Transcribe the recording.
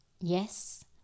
Yes